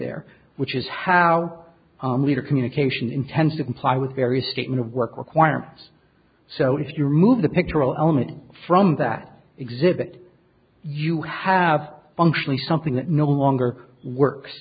there which is how leader communication intends to comply with various statement of work requirements so if you remove the picture all element from that exhibit you have functionally something that no longer works